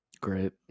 Great